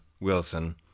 Wilson